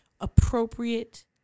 appropriate